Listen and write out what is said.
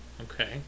Okay